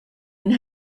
and